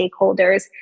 stakeholders